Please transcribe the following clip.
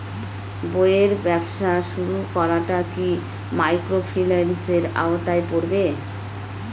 বইয়ের ব্যবসা শুরু করাটা কি মাইক্রোফিন্যান্সের আওতায় পড়বে?